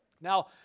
Now